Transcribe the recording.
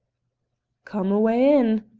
come awa' in!